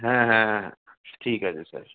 হ্যাঁ হ্যাঁ হ্যাঁ ঠিক আছে স্যার